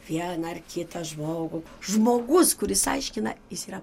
vieną ar kitą žmogų žmogus kuris aiškina jis yra